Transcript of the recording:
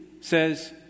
says